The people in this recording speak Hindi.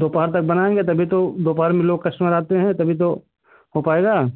दोपहर तक बनाएंगे तभी तो दोपहर में लोग कस्टमर आते हैं तभी तो हो पाएगा